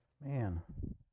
Man